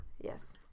Yes